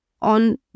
On